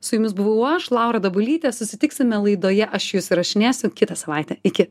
su jumis buvau aš laura dabulytė susitiksime laidoje aš jus įrašinėsiu kitą savaitę iki